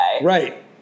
right